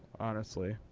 honestly.